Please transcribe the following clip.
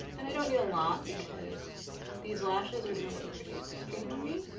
and i don't need a lot, because these lashes are gonna look pretty extreme on me.